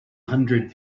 hundred